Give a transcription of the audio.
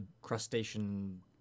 crustacean